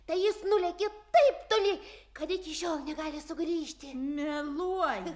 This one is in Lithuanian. tai jis nulėkė taip toli kad iki šiol negali sugrįžti